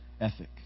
ethic